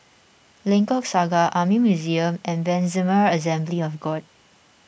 Lengkok Saga Army Museum and Ebenezer Assembly of God